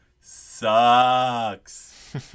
sucks